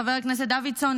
חבר הכנסת דוידסון,